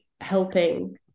helping